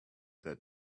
that